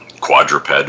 quadruped